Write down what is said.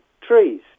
trees